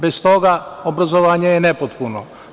Bez toga, obrazovanje je nepotpuno.